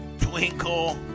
Twinkle